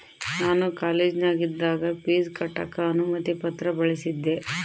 ನಾನು ಕಾಲೇಜಿನಗಿದ್ದಾಗ ಪೀಜ್ ಕಟ್ಟಕ ಅನುಮತಿ ಪತ್ರ ಬಳಿಸಿದ್ದೆ